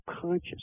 conscious